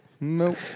Nope